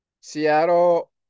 Seattle